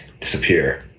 disappear